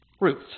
Ruth